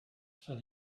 fell